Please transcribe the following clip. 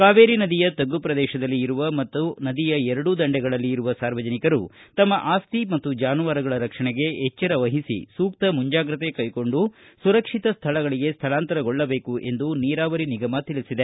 ಕಾವೇರಿ ನದಿಯ ತಗ್ಗು ಪ್ರದೇಶದಲ್ಲಿ ಇರುವ ಮತ್ತು ನದಿಯ ಎರಡೂ ದಂಡೆಗಳಲ್ಲಿ ಇರುವ ಸಾರ್ವಜನಿಕರು ತಮ್ಮ ಆಸ್ತಿ ಮತ್ತು ಜಾನುವಾರುಗಳ ರಕ್ಷಣೆಗೆ ಎಚ್ಚರ ವಹಿಸಿ ಸೂಕ್ತ ಮುಂಜಾಗ್ರತೆ ಕೈಗೊಂಡು ಸುರಕ್ಷಿತ ಸ್ಥಳಗಳಗೆ ಸ್ಥಳಾಂತರಗೊಳ್ಳಬೇಕು ಎಂದು ನೀರಾವರಿ ನಿಗಮ ತಿಳಿಸಿದೆ